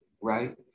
right